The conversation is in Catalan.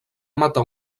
matar